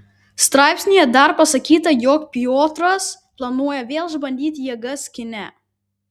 straipsnyje dar pasakyta jog piotras planuoja vėl išbandyti jėgas kine